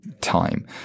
time